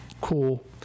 cool